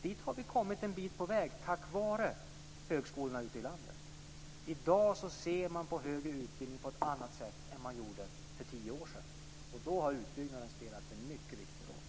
Där har vi kommit en bit på väg, tack vare högskolorna ute i landet. I dag ser man på högre utbildning på ett annat sätt än man gjorde för tio år sedan och då har utbyggnaden spelat en mycket viktig roll.